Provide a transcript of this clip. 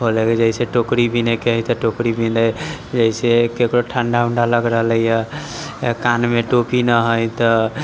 जैसे टोकरी बिनैके हय तऽ टोकरी बिनै जैसे ककरो ठण्डा उण्डा लग रहलैय कानमे टोपी नहि हय तऽ